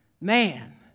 man